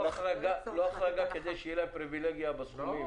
לא החרגה כדי שיהיה להם פריווילגיה בסכומים.